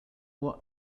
what